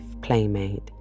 playmate